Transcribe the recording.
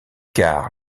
car